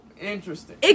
Interesting